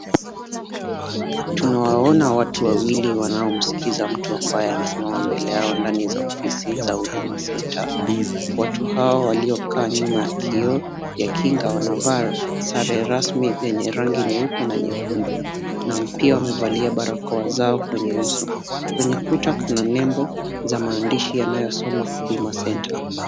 Tunawaona watu wawili wanaomsikiliza mtu ambaye amesimama mbele yao ndani za ofisi za Huduma Centre . Watu hawa waliokaa nyuma ya kioo ya kinga wanavaa sare rasmi yenye rangi nyeupe na nyekundu na pia wamevalia barakoa zao kwenye uso. Kwenye kuta kuna nembo za maandishi yanayosoma Huduma Centre .